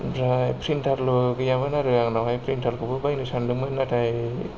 ओमफ्राय प्रिन्टारल' गैयामोन आरो आंनावहाय प्रिन्टारखौबो बायनो सानदोंमोन नाथाय